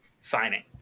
signing